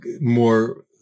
More